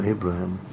Abraham